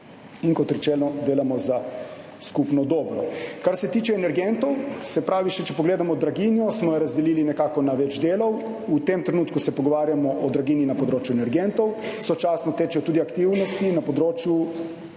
in kot rečeno delamo za skupno dobro. Kar se tiče energentov, se pravi, če še pogledamo draginjo, smo jo razdelili nekako na več delov. V tem trenutku se pogovarjamo o draginji na področju energentov. Sočasno tečejo tudi aktivnosti na področju